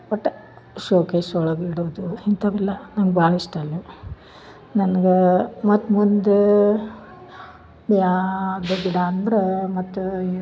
ಒಟ್ಟು ಶೋಕೇಸ್ ಒಳಗೆ ಇಡೋದು ಇಂಥವೆಲ್ಲ ನಂಗೆ ಭಾಳ್ ಇಷ್ಟ ಅಲ್ಲಿ ನನ್ಗೆ ಮತ್ತು ಮುಂದು ಯಾವುದು ಗಿಡ ಅಂದ್ರೆ ಮತ್ತು